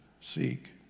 seek